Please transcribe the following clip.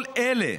כל אלה